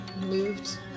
moved